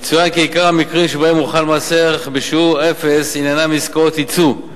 יצוין כי עיקר המקרים שבהם מוחל מס בשיעור אפס עניינם עסקאות יצוא,